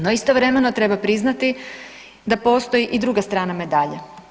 No istovremeno treba priznati da postoji i druga strana medalje.